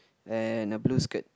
and a blue skirt